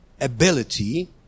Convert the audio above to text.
ability